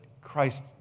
Christ